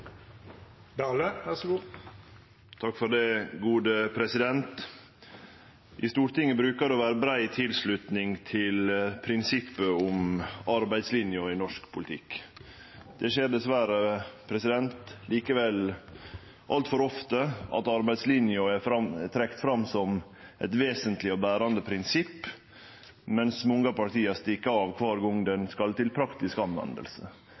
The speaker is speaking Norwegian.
I Stortinget brukar det å vere brei tilslutning til prinsippet om arbeidslinja i norsk politikk. Det skjer dessverre likevel altfor ofte at arbeidslinja er trekt fram som eit vesentleg og berande prinsipp, mens mange av partia stikk av kvar gong ho kjem til praktisk